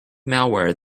malware